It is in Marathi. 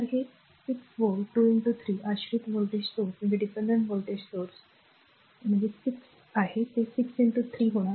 तर ते 6 व्होल्ट 2 3 आश्रित व्होल्टेज स्त्रोत 6 व्होल्ट आहे ते 6 3 आहे